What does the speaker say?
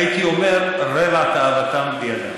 הייתי אומר, רבע תאוותם בידם.